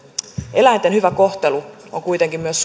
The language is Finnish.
eläinten hyvä kohtelu on kuitenkin myös